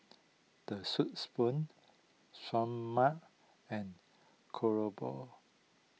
the Soup Spoon Seoul Mart and Krobourg